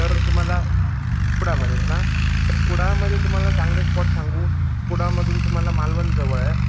तर तुम्हाला कुडाळमध्येच ना तर कुडाळमध्ये तुम्हाला चांगले स्पॉट सांगू कुडाळमधून तुम्हाला मालवण जवळ आहे